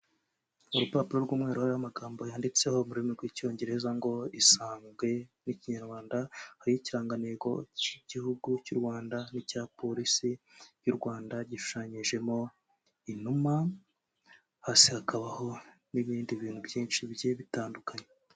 Urupapuro rw'umweru hariho amagambo yanditseho mu rurimi rw'Icyongereza ngo Isange One Stop Centre ry'Ikinyarwanda, hariho ikirangantego k'igihugu cy'u Rwanda n'icya Polisi y'u Rwanda gishushanyijemo inuma, hasi hakabaho n'ibindi bintu byinshi bigiye bitandukanye.